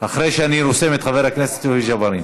אחרי שאני רושם את חבר הכנסת יוסף ג'בארין.